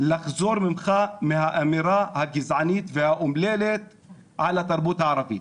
לחזור בך מהאמירה הגזענית והאומללה על התרבות הערבית.